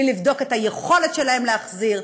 בלי לבדוק את היכולת שלהם להחזיר,